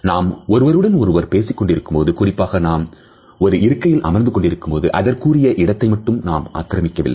நாம் ஒருவருடன் ஒருவர் பேசிக் கொண்டிருக்கும்போது குறிப்பாக நாம் ஒரு இருக்கையில் அமர்ந்து கொண்டிருக்கும் போது அதற்குரிய இடத்தை மட்டும் நாம் ஆக்கிரமிக்கவில்லை